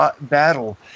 battle